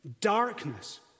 darkness